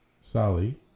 Sally